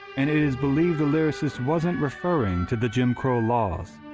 and it is believed the lyricist wasn't referring to the jim crow laws,